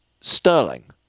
sterling